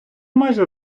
майже